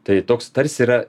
tai toks tarsi yra